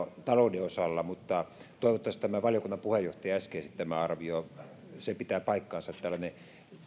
talouden osalta mutta toivottavasti tämä valiokunnan puheenjohtajan äsken esittämä arvio pitää paikkansa tällainen